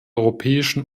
europäischen